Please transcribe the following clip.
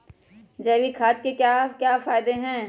जैविक खाद के क्या क्या फायदे हैं?